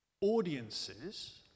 audiences